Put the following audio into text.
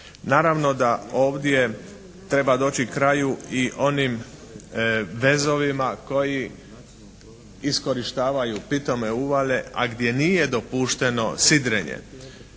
Naravno da ovdje treba doći kraju i onim vezovima koji iskorištavaju pitome uvale, a gdje nije dopušteno sidrenje.